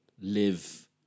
live